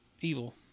evil